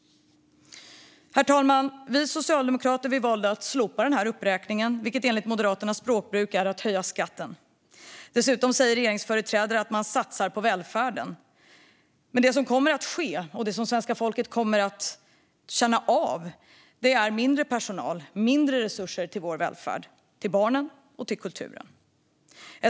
Herr talman! Vi socialdemokrater valde att slopa denna uppräkning, vilket enligt Moderaternas språkbruk är att höja skatten. Dessutom säger regeringsföreträdare att man satsar på välfärden. Men det som kommer att ske och som svenska folket kommer att känna av är mindre personal och mindre resurser till vår välfärd, till barnen och till kulturen.